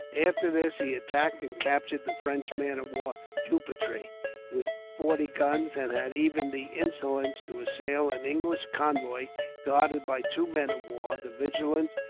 after this, he attacked and captured the french man-of-war jupitre, with forty guns and had even the insolence to assail an english convoy guarded by two men-of-war the vigilant,